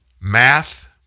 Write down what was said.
math